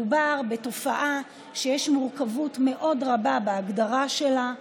מדובר בתופעה שיש מורכבות רבה מאוד בהגדרה שלה,